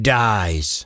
dies